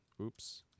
Oops